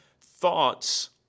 Thoughts